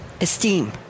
esteem